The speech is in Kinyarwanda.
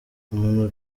umuntu